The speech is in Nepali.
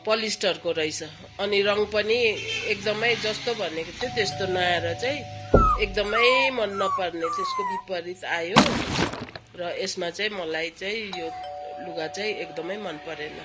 पलिस्टरको रहेछ अनि रङ पनि एकदमै जस्तो भनेको थियो त्यस्तो नआएर चाहिँ एकदमै मन नपर्ने त्यसको विपरित आयो र यसमा चाहिँ मलाई चाहिँ यो लुगा चाहिँ एकदमै मन परेन